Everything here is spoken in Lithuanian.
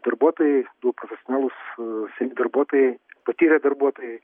darbuotojai du profesionalūs seni darbuotojai patyrę darbuotojai